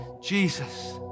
Jesus